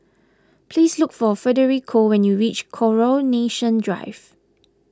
please look for Federico when you reach Coronation Drive